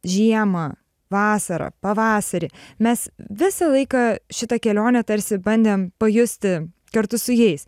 žiemą vasarą pavasarį mes visą laiką šitą kelionę tarsi bandėm pajusti kartu su jais